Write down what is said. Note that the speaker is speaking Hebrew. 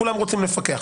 כי כולם רוצים לפקח.